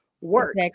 work